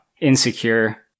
insecure